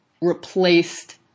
replaced